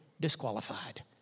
disqualified